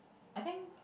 I think